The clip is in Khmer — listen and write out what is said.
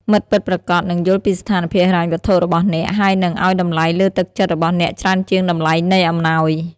មិត្តពិតប្រាកដនឹងយល់ពីស្ថានភាពហិរញ្ញវត្ថុរបស់អ្នក ហើយនឹង ឱ្យតម្លៃលើទឹកចិត្តរបស់អ្នកច្រើនជាងតម្លៃនៃអំណោយ។